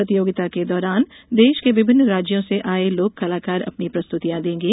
प्रतियोगिता के दौरान देश के विभिन्न राज्यों से आये लोक कलाकार अपनी प्रस्तुतियां देंगें